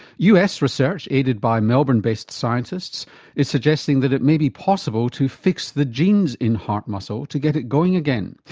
us research aided by melbourne-based scientists is suggesting that it may be possible to fix the genes in heart muscle to get it going again.